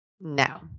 No